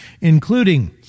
including